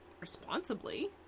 responsibly